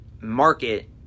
market